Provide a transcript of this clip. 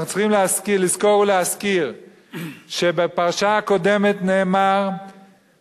אנחנו צריכים לזכור ולהזכיר שבפרשה הקודמת נאמר